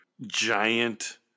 giant